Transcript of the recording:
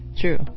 True